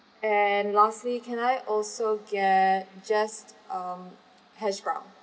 and lastly can I also get just um hash brown